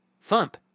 thump